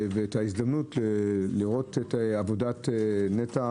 ואת ההזדמנות לראות את עבודת נת"ע,